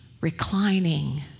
reclining